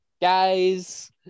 guys